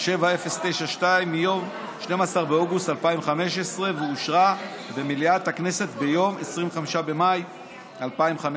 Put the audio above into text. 7092 מיום 12 באוגוסט 2015 ואושרה במליאת הכנסת ביום 25 במאי 2015,